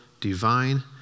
divine